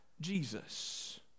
Jesus